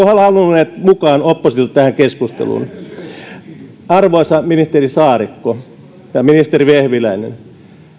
halunneet oppositiota mukaan tähän keskusteluun arvoisat ministeri saarikko ja ministeri vehviläinen